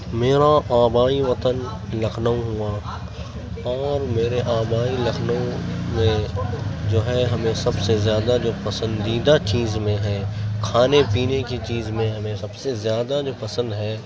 میرا آبائی وطن لکھنؤ ہوا اور میرے آبائی لکھنؤ میں جو ہے ہمیں سب سے زیادہ جو پسندیدہ چیز میں ہے کھانے پینے کی چیز میں ہمیں سب سے زیادہ جو پسند ہے